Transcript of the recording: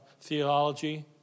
theology